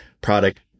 product